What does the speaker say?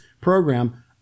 program